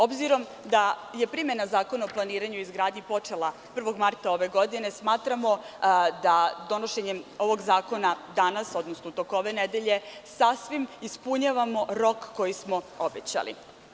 Obzirom da je primena Zakona o planiranju i izgradnji počela 1. marta ove godine, smatramo da donošenjem ovog zakona danas, odnosno u toku ove nedelje, sasvim ispunjavamo rok koji smo obećali.